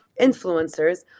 influencers